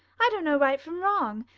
i don't know right from wrong.